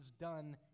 done